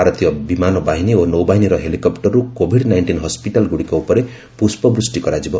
ଭାରତୀୟ ବିମାନ ବାହିନୀ ଓ ନୌବାହିନୀର ହେଲିକପ୍ଟରରୁ କୋଭିଡ୍ ନାଇଷ୍ଟିନ୍ ହସ୍କିଟାଲଗୁଡ଼ିକ ଉପରେ ପୁଷ୍ପ ବୃଷ୍ଟି କରାଯିବ